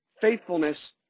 faithfulness